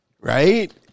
Right